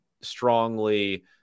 strongly